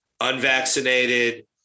unvaccinated